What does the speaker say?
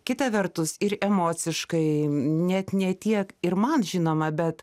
kita vertus ir emociškai net ne tiek ir man žinoma bet